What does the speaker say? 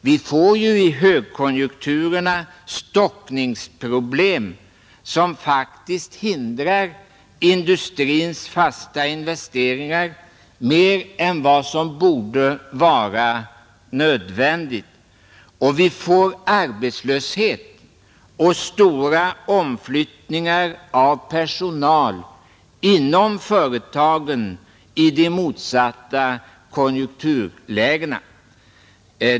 Vi får i högkonjunkturerna stockningsproblem som faktiskt hindrar industrins fasta investeringar mer än vad som borde vara nödvändigt. Och vi får arbetslöshet och stora omflyttningar av personal inom företagen i de motsatta konjunkturlägena.